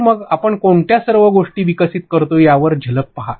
तर मग आपण कोणत्या सर्व गोष्टी विकसित करतो यावर झलक पहा